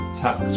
tax